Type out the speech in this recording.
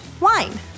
wine